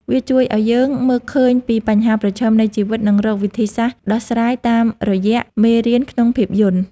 វាជួយឱ្យយើងមើលឃើញពីបញ្ហាប្រឈមនៃជីវិត និងរកវិធីសាស្ត្រដោះស្រាយតាមរយៈមេរៀនក្នុងភាពយន្ត។